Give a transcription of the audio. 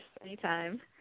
anytime